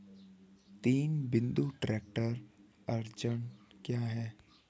तीन बिंदु ट्रैक्टर अड़चन क्या है?